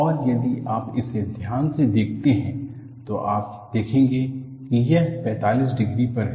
और यदि आप इसे ध्यान से देखते हैं तो आप देखेंगे कि यह पैंतालीस डिग्री पर है